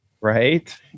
Right